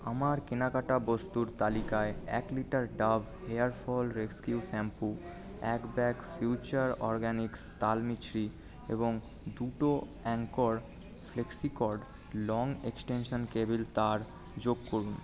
আমার কেনাকাটা বস্তুর তালিকায় এক litre Dove hair fall rescue shampoo এক ব্যাগ ফিউচার অরগানিকস তালমিছরি এবং দুটো Anchor flexi cord long extension cable তার যোগ করুন